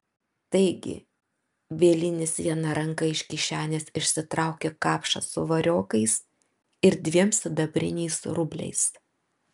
taigi bielinis viena ranka iš kišenės išsitraukė kapšą su variokais ir dviem sidabriniais rubliais